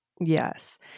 yes